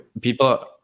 people